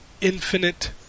Infinite